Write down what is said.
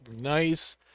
nice